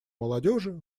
молодежи